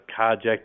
carjacked